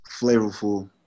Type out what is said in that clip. flavorful